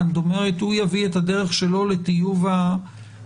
כלומר הוא יביא את הדרך שלו לטיוב האסדרה.